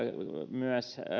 myös alueellisesti